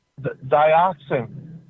dioxin